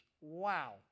Wow